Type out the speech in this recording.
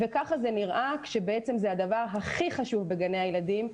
ככה זה נראה כשבעצם זה הדבר הכי חשוב בגני הילדים.